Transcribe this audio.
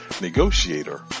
Negotiator